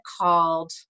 called